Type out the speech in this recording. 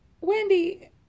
Wendy